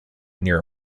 near